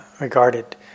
regarded